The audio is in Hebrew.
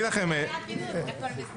מי בעד, ירים את ידו.